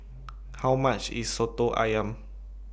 How much IS Soto Ayam